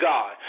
God